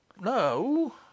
No